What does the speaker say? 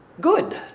good